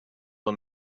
him